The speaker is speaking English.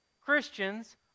Christians